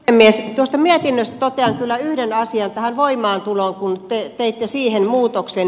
tuosta mietinnöstä totean kyllä yhden asian tästä voimaantulosta kun te teitte siihen muutoksen